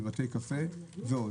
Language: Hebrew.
בבתי קפה ועוד.